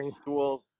schools